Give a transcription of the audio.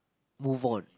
move on